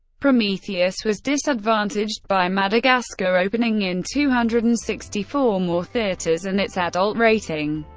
prometheus was disadvantaged by madagascar opening in two hundred and sixty four more theaters and its adult rating.